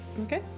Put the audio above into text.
Okay